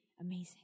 amazing